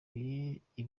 ibiti